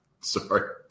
Sorry